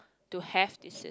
to have this